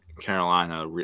Carolina